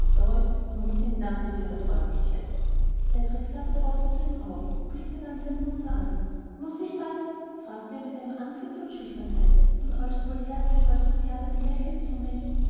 du mußt ihnen danken für ihre freundlichkeit cedrik sah betroffen zu ihm auf und blickte dann seine mutter an muß ich das fragte er mit einem anflug von schüchternheit und als sowohl herzlieb als miß herbert ihm lächelnd